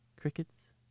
Crickets